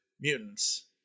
mutants